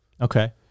Okay